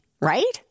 right